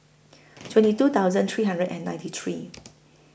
twenty two thousand three hundred and ninety three